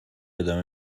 ادامه